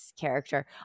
character